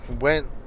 went